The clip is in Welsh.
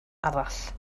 arall